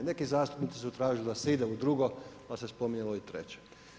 Neki zastupnici su tražili da se ide u drugo, pa se spominjalo i treće.